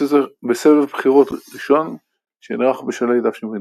נתניה בשלהי תשע"ד,